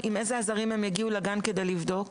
עם איזה עזרים הם יגיעו לגן כדי לבדוק?